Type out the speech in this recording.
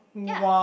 ya